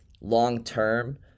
long-term